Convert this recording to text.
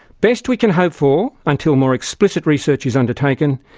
best we can hope for, until more explicit research is undertaken,